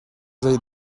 zei